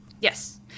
Yes